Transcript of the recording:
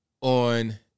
on